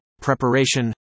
preparation